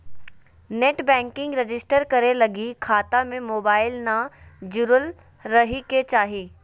net banking register करे लगी खता में मोबाईल न जुरल रहइ के चाही